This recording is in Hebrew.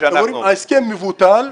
ההסכם מבוטל.